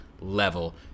level